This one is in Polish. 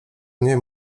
nie